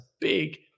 big